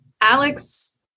Alex